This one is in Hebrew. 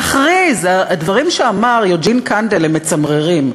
הדברים שאמר יוג'ין קנדל הם מצמררים.